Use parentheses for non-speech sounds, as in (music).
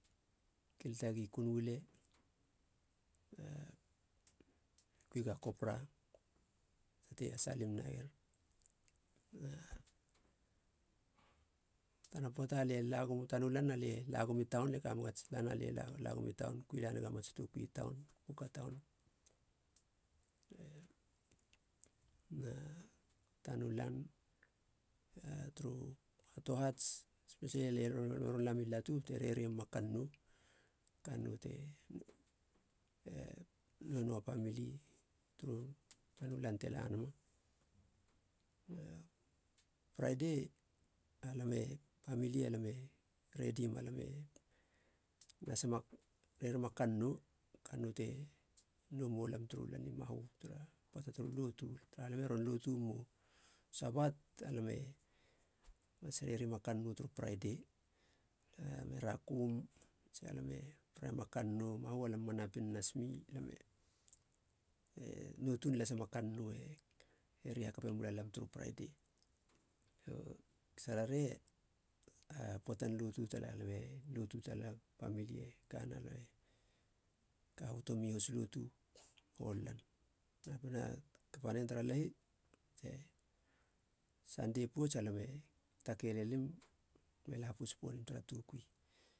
Kilata gi kuin uile, a kuiga kopra bate ha salim naier. Na tana poata lie la guma tanu lan, alie lagumi taun lie kamega ats lan alie lagumi taun, kui la nega mats toukui taun. Buka taun ena, tanu lan turu hatohats espesili alie ron lami latu bate rerima kannou, kannou te (hesitation) noueno a pamili turu tanu lan, te la nama a fridei alam a pamili, lame redima lame nasima rerima kannou te nomo lam turu lan i mahu tara poata turu lotu taraha, lam e ron lotu memu sabat, alam e mas rerima kannou turu fraidei. Lam e rakum tsia lame rerima kannou mahu alam ma napin nas mi, lam e nou tuun lasema kannou e reri hakapemula lam turu fraidei. U sararei a poatan lotu tala, alam lotu talam, pamili kana ka hoboto mi hoslotu hol lan, napina tena kapa nen tara lahi te. Sadei pouts a lame take lelim me la pouts ponim tara toukui